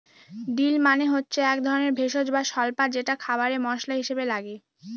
deal মানে হচ্ছে এক ধরনের ভেষজ বা স্বল্পা যেটা খাবারে মশলা হিসাবে লাগে